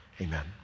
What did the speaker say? Amen